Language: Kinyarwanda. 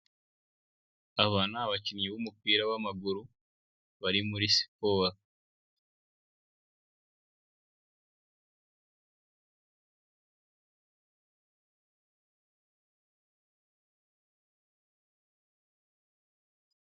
Aba ni abakinnyi b'umupira w'amaguru, bari muri siporo.